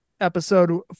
episode